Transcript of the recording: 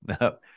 no